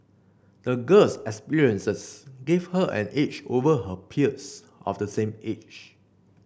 the girl's experiences gave her an edge over her peers of the same age